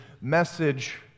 message